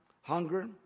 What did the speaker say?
Hunger